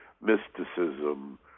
mysticism